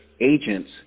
agents